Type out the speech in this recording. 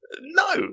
No